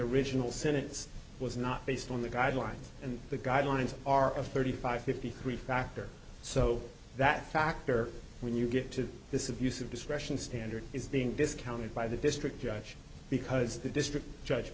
original sentence was not based on the guidelines and the guidelines are of thirty five fifty three factor so that factor when you get to this abuse of discretion standard is the discounted by the district judge because the district judge